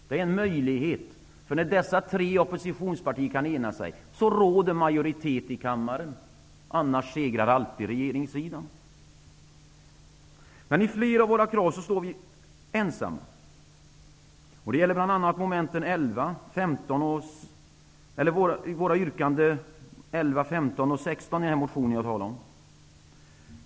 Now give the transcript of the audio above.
Det är en möjlighet. När dessa tre oppositionspartier kan ena sig råder det majoritet i kammaren -- annars segrar alltid regeringssidan. I flera av våra krav står vi ensamma. Det gäller bl.a. yrkandena 11, 15 och 16 i vår motion.